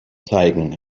zeigen